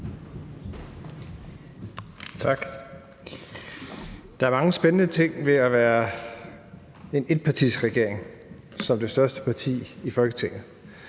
Tak. Der er mange spændende ting ved at være en etpartiregering som det største parti i Folketinget.